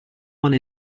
one